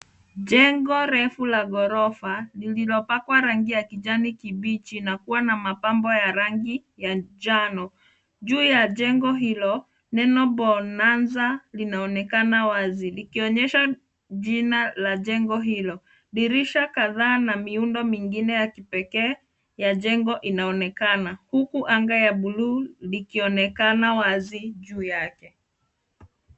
Jengo refu la ghorofa lililopakwa rangi ya kijani kibichi na kuwa na mapambo ya rangi ya njano. Juu ya jengo hilo, neno bonanza linaonekana wazi likonyesha jina la jengo hilo. Dirisha kadhaa n miundo mingine ya kipekee ya jengo inaonekana huku anga ya buluu likionekana wazi juu yake.